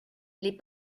les